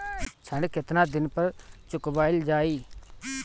ऋण केतना दिन पर चुकवाल जाइ?